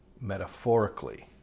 metaphorically